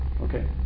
okay